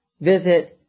visit